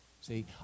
See